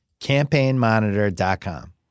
campaignmonitor.com